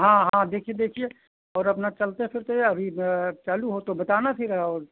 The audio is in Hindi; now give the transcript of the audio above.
हाँ हाँ देखिए देखिए और अपना चलते फिरते या अभी चालू हो तो बताना फिर और